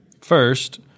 First